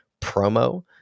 promo